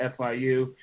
FIU